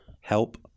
help